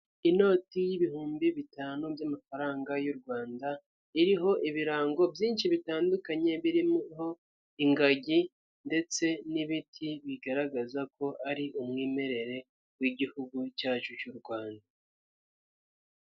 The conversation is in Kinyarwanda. Inoti y'ibihumbi bitanu by'amafaranga y'u Rwanda, iriho ibirango byinshi bitandukanye, birimo ingagi ndetse n'ibiti bigaragaza ko ari umwimerere w'igihugu cyacu cy'u Rwanda.